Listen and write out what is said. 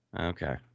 okay